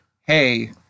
hey